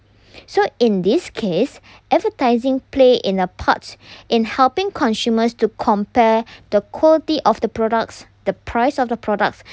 so in this case advertising play in a part in helping consumers to compare the quality of the products the price of the products